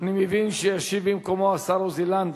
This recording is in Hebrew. אני מבין שישיב במקומו השר עוזי לנדאו.